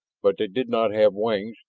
but they did not have wings,